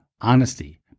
honesty